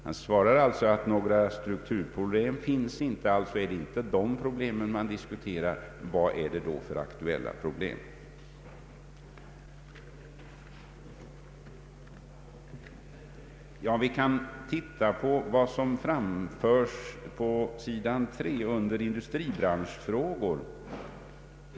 Han svarar att strukturproblem inte finns. Men om det inte är sådana problem man diskuterar, vad är det då för ”aktuella problem”? Låt oss se vad som framförts på s. 3 i statsverkspropositionen under Industribranschfrågor.